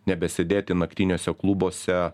nebesėdėti naktiniuose klubuose